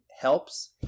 helps